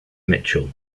mitchell